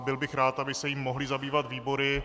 Byl bych rád, aby se jím mohly zabývat výbory.